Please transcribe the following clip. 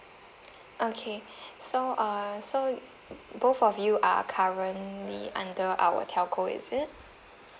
okay so uh so both of you are currently under our telco is it